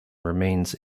remains